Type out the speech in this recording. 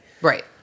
Right